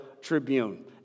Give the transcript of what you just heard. Tribune